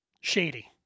Shady